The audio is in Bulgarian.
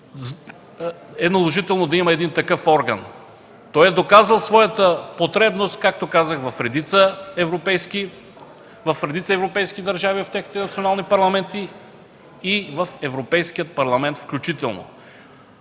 е наложително да има такъв орган. Той е доказал своята потребност, както казах, в редица европейски държави в техните национални парламенти и в Европейския парламент включително.